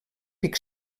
pic